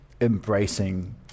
embracing